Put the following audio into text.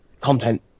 content